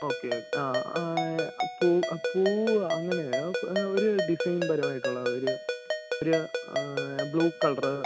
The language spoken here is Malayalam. ഓക്കെ ആ പൂവ് അങ്ങനെ ആ ഒരു ഡിസൈൻ പരമായിട്ടുള്ള ഒരു ഒരു ബ്ലൂ കളർ